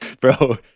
Bro